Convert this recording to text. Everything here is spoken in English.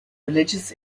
religious